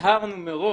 הצהרנו מראש,